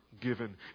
given